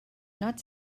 not